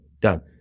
done